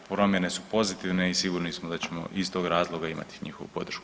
Promjene su pozitivne i sigurni smo da ćemo iz tog razloga imati njihovu podršku.